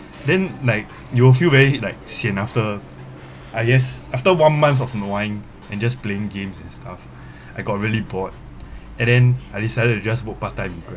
then like you will feel very like sian after I guess after one month of nuaing and just playing games and stuff I got really bored and then I decided to just work part time